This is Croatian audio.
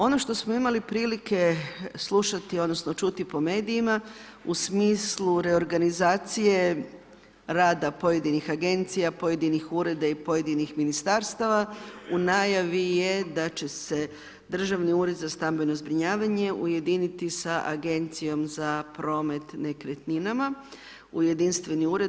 Ono što smo imali prilike slušati, odnosno čuti po medijima u smislu reorganizacije rada pojedinih agencija, pojedinih ureda i pojedinih ministarstava, u najavi je da će se Državni ured za stambeno zbrinjavanje ujediniti sa Agencijom za promet nekretninama u jedinstveni ured.